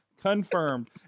Confirmed